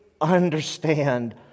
understand